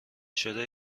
شده